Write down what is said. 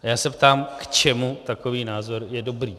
A já se ptám, k čemu takový názor je dobrý.